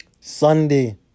Sunday